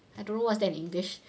I don't know what's that english